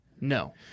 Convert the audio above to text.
No